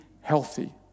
healthy